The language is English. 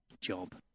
job